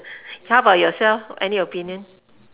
how about yourself any opinion